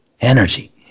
energy